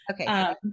Okay